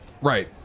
Right